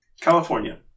California